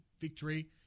victory